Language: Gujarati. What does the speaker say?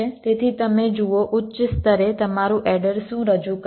તેથી તમે જુઓ ઉચ્ચ સ્તરે તમારું એડર શું રજૂ કરે છે